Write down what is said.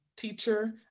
Teacher